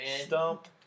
Stump